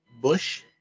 Bush